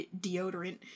deodorant